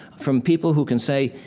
from people who can say,